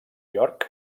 york